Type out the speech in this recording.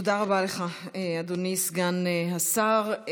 תודה רבה לך, אדוני סגן השר.